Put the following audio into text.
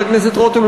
חבר הכנסת רותם,